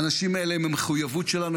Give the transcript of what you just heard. האנשים האלה הם המחויבות שלנו.